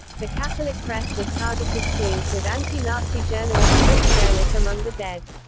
the catholic press was targeted too, with anti-nazi journalist fritz gerlich among the dead.